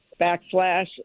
backslash